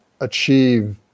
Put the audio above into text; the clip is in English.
achieve